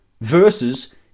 versus